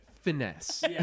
finesse